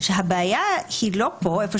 הבעיה היא לא כאן,